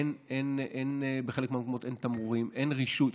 אין בחלק מהמקומות תמרורים, אין רישוי.